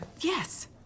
yes